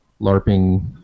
LARPing